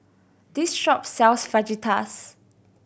this shop sells Fajitas